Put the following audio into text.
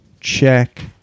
check